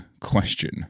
question